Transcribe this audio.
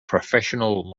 professional